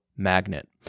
magnet